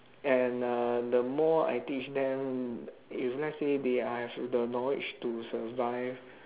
and uh the more I teach them if let's say they are have the knowledge to survive